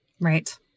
Right